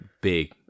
Big